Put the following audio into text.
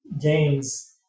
gains